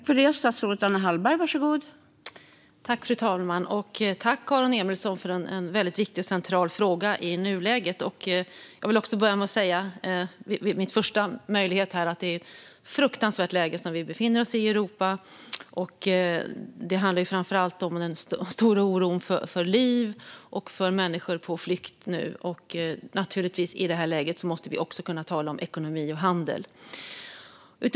Fru talman! Tack, Aron Emilsson, för en väldigt viktig och central fråga i nuläget! Jag vill också börja med att säga, vid denna min första möjlighet, att det är ett fruktansvärt läge i Europa vi befinner oss i. Det handlar framför allt om den stora oron för liv och för människor på flykt. Men naturligtvis måste vi i detta läge också kunna tala om ekonomi och handel.